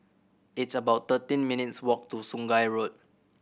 it's about thirteen minutes' walk to Sungei Road